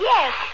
Yes